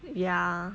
ya